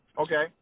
Okay